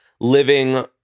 living